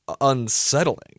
unsettling